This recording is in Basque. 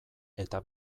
eta